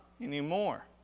anymore